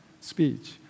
speech